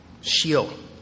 shield